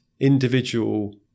individual